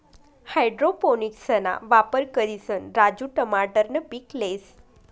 हाइड्रोपोनिक्सना वापर करिसन राजू टमाटरनं पीक लेस